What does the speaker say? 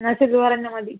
എന്നാൽ സിൽവർ തന്നെ മതി